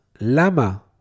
Lama